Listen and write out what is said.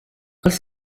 els